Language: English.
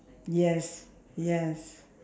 yes yes